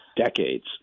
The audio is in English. decades